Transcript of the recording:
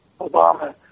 Obama